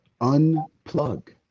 unplug